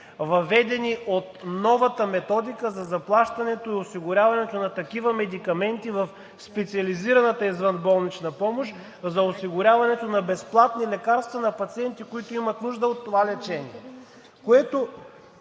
въведени от новата Методика за заплащането и осигуряването на такива медикаменти в специализираната извънболнична помощ за осигуряването на безплатни лекарства на пациенти, които имат нужда от това лечение,